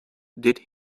did